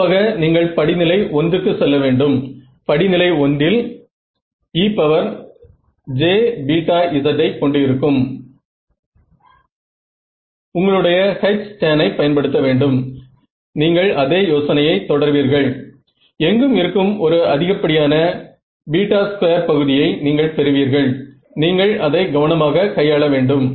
மாணவர்கள் முதல் முறை CEM ஐ படிக்கும் போது அவர்கள் பல்ஸ் பேசிஸ் டெல்டா டெஸ்ட்டிங் என்று நினைப்பார்கள்